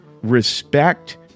respect